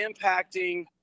impacting